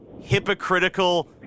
hypocritical